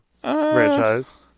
franchise